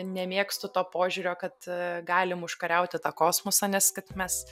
nemėgstu to požiūrio kad galim užkariauti tą kosmosą nes kad mes